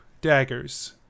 daggers